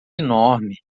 enorme